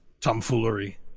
tomfoolery